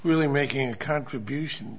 really making a contribution